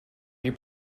you